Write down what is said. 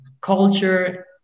culture